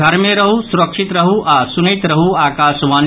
घर मे रहू सुरक्षित रहू आ सुनैत रहू आकाशवाणी